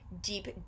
deep